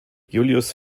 julius